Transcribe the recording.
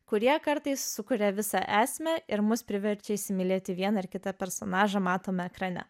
kurie kartais sukuria visą esmę ir mus priverčia įsimylėti vieną ar kitą personažą matome ekrane